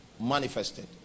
manifested